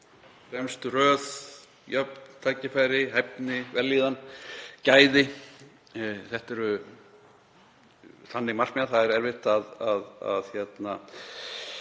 fremstu röð, jöfn tækifæri, hæfni, vellíðan, gæði. Þetta eru þannig markmið að það er erfitt að fara